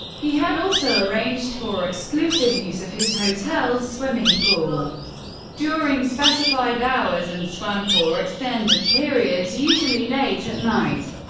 he had also arranged for exclusive use of his hotel's swimming pool during specified hours, and swam for extended periods, usually late at night.